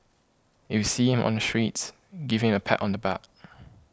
if you see him on the streets give him a pat on the back